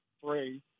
Three